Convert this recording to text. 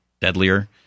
deadlier